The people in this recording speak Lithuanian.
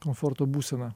komforto būseną